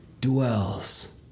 dwells